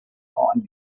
find